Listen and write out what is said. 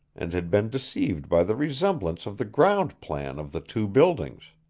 and had been deceived by the resemblance of the ground plan of the two buildings.